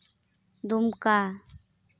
ᱫᱩᱢᱠᱟ